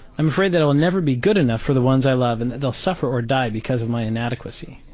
i'm afraid that i will never be good enough for the ones i love and that they'll suffer or die because of my inadequacy.